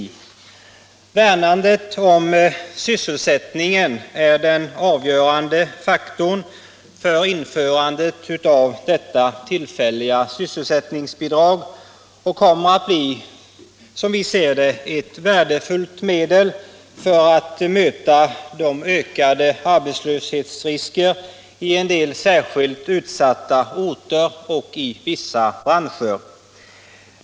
Värnet om sysselsättningen är den avgörande faktorn för införande av detta tillfälliga sysselsättningsbidrag, som kommer att bli ett värdefullt medel när det gäller att kunna möta de ökade arbetslöshetsriskerna i en del särskilt utsatta orter och i vissa branscher.